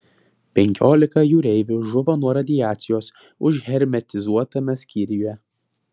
penkiolika jūreivių žuvo nuo radiacijos užhermetizuotame skyriuje